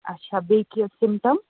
اچھا بیٚیہِ کیٚنٛہہ سِمپٹَم